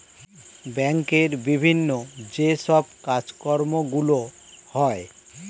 ব্যাংকের বিভিন্ন যে সব কাজকর্মগুলো হয়